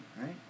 right